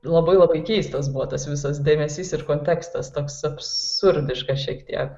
labai labai keistas buvo tas visas dėmesys ir kontekstas toks absurdiškas šiek tiek